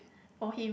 for him